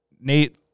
Nate